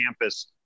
campus